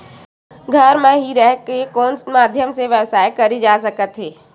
घर म हि रह कर कोन माध्यम से व्यवसाय करे जा सकत हे?